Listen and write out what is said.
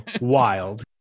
wild